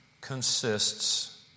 consists